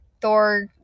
thor